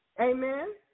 Amen